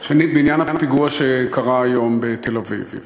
שנית, בעניין הפיגוע שקרה היום בתל-אביב.